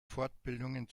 fortbildungen